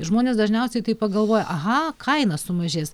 žmonės dažniausiai tai pagalvoja aha kaina sumažės